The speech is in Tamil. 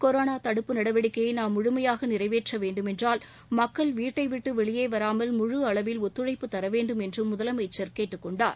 கொரோனா தடுப்பு நடவடிக்கையை நாம் முழுமையாக நிறைவேற்ற வேண்டுமென்றால் மக்கள் வீட்டை விட்டு வெளியே வராமல் முழு அளவில் ஒத்துழைப்பு தர வேண்டும் என்றும் முதலமைச்சர் கேட்டுக்கொண்டார்